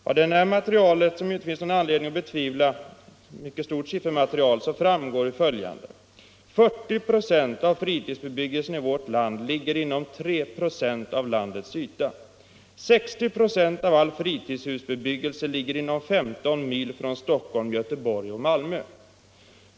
Av siffermaterialet i den promemorian, vars riktighet det inte finns anledning att betvivla, framgår att 40 96 av fritidsbebyggelsen i vårt land ligger inom 3 96 av landets yta. 60 96 av all fritidshusbebyggelse ligger inom 15 mil från Stockholm, Göteborg och Malmö.